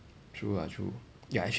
true ah true ya actually